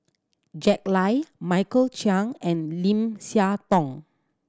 Jack Lai Michael Chiang and Lim Siah Tong